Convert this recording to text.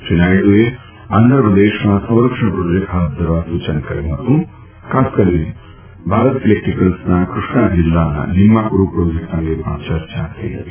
શ્રી નાયડુએ આંધ્રપ્રદેશમાં સંરક્ષણ પ્રોજેક્ટ ફાથ ધરવા સૂચન કર્યું ફતું તેમાં ખાસ કરીને ભારત ઈલેક્ટ્રીકલ્સના ફૃષ્ણા જિલ્લાના નિમ્માકુર્ પ્રોજેક્ટ અંગે ચર્ચા થઈ ફતી